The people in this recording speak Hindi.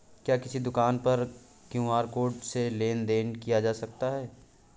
क्या किसी दुकान पर क्यू.आर कोड से लेन देन देन किया जा सकता है?